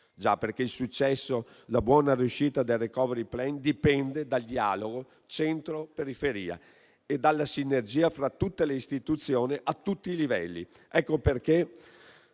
Già, perché il successo e la buona riuscita del *recovery plan* dipendono dal dialogo tra centro e periferia e dalla sinergia fra tutte le istituzioni, a tutti i livelli. Ecco perché